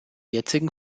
jetzigen